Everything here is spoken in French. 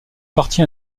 parti